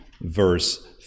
verse